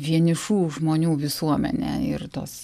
vienišų žmonių visuomenė ir tos